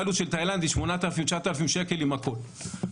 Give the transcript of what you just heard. העלות של תאילנדי היא 8,000-9,000 שקלים עם הכל,